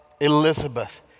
Elizabeth